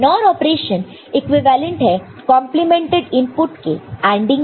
NOR operation equivalent है complemented input के ANDing को